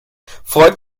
freut